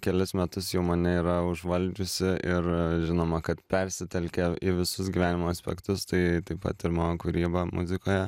kelis metus jau mane yra užvaldžiusi ir žinoma kad persitelkia į visus gyvenimo aspektus tai taip pat ir man kūrybą muzikoje